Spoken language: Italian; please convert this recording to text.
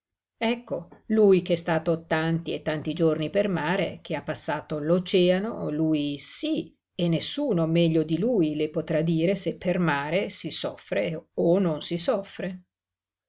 ecco lui ch'è stato tanti e tanti giorni per mare che ha passato l'oceano lui sí e nessuno meglio di lui le potrà dire se per mare si soffre o non si soffre